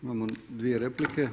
Imamo dvije replike.